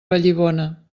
vallibona